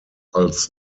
als